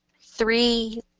Three